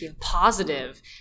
positive